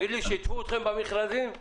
שיתפו אתכם במכרזים?